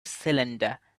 cylinder